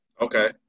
Okay